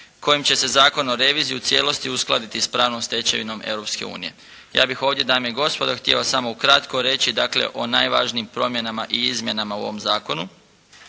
kojim će se Zakon o reviziji u cijelosti uskladiti s pravnom stečevinom Europske unije. Ja bih ovdje dame i gospodo htio samo u kratko reći, dakle o najvažnijim promjenama i izmjenama u ovom zakonu.